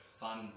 fun